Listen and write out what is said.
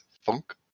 Funk